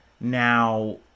Now